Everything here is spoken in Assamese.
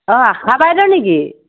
অঁ আশা বাইদেউ নেকি